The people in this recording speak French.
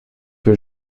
que